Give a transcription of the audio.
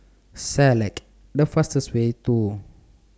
Select The fastest Way to